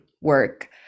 work